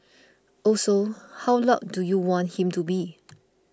also how loud do you want him to be